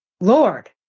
Lord